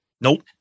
Nope